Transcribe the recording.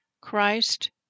Christ